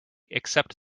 except